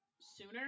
sooner